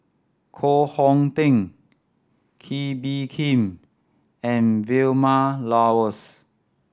Koh Hong Teng Kee Bee Khim and Vilma Laus